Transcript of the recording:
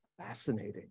fascinating